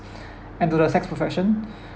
and to the sex profession